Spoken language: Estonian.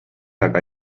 aga